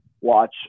watch